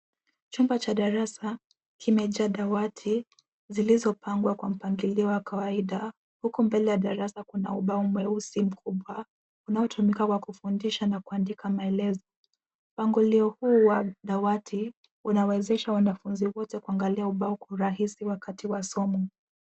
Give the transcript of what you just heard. Chumba cha darasa kimejaa dawati zilizopangwa kwa mpangilio wa kawaida huku mbele ya darasa kuna ubao mweusi mkubwa unaotumika kwa kufundisha na kuandika maelezo. Mpangilio huu wa dawati unawezesha wanafunzi wote kuangalia ubao kwa urahisi wakati wa somo.